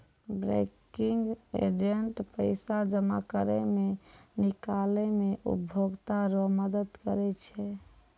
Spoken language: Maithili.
बैंकिंग एजेंट पैसा जमा करै मे, निकालै मे उपभोकता रो मदद करै छै